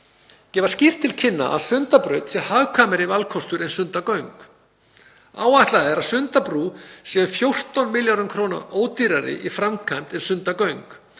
gefa skýrt til kynna að Sundabraut sé hagkvæmari valkostur en Sundagöng. Áætlað er að Sundabrú sé 14 milljörðum kr. ódýrari í framkvæmd en Sundagöng.